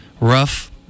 rough